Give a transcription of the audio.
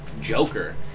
Joker